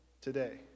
today